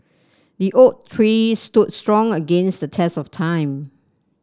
the oak tree stood strong against the test of time